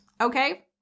okay